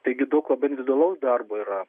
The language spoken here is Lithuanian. taigi daug labai individualaus darbo yra